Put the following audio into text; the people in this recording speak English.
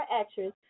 actress